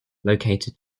located